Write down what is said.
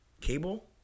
cable